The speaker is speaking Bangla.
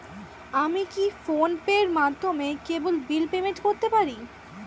আমি কি ফোন পের মাধ্যমে কেবল বিল পেমেন্ট করতে পারি?